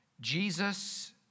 Jesus